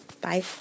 Bye